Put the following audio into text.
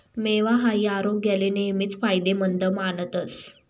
मेवा हाई आरोग्याले नेहमीच फायदेमंद मानतस